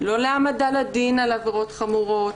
לא להעמדה לדין על עבירות חמורות,